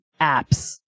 apps